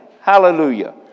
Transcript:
Hallelujah